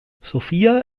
sofia